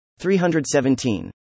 317